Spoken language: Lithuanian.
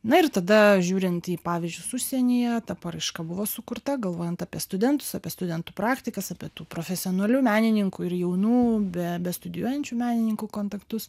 na ir tada žiūrint į pavyzdžius užsienyje ta paraiška buvo sukurta galvojant apie studentus apie studentų praktikas apie tų profesionalių menininkų ir jaunų be bestudijuojančių menininkų kontaktus